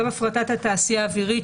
גם הפרטת התעשייה האווירית,